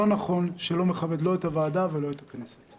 לא נכון שלא מכבד לא את הוועדה ולא את הכנסת.